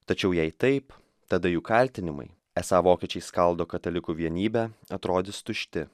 tačiau jei taip tada jų kaltinimai esą vokiečiai skaldo katalikų vienybę atrodys tušti